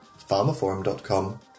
pharmaforum.com